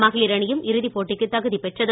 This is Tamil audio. மகளிரணியும் இறுதிப்போட்டிக்கு தகுதி பெற்றது